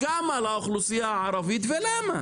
כמה לאוכלוסייה הערבית, ולמה?